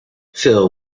phil